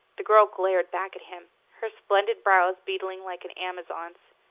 the girl glared back at him, her splendid brows beetling like an amazon's.